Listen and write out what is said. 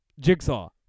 Jigsaw